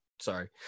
Sorry